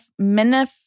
Minif-